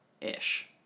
ish